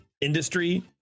industry